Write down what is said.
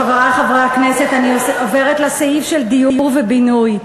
חברי חברי הכנסת, אני עוברת לסעיף של דיור ובינוי.